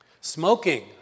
Smoking